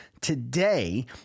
today